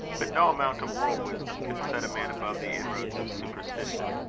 but no amount of world-wisdom can set a man above the inroads of superstition.